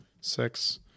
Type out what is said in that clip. six